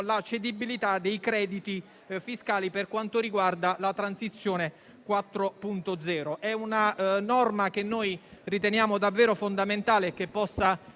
la cedibilità dei crediti fiscali per quanto riguarda la Transizione 4.0. È una norma che riteniamo davvero fondamentale per